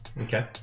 Okay